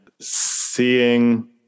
seeing